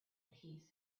peace